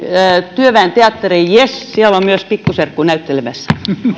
työväen teatteri jess siellä on myös pikkuserkku näyttelemässä